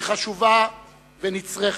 היא חשובה ונצרכת,